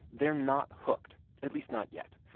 they're not hooked at least, not yet.